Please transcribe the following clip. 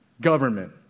government